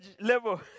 level